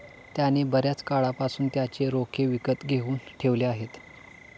त्याने बर्याच काळापासून त्याचे रोखे विकत घेऊन ठेवले आहेत